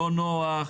לא נוח,